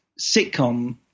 Sitcom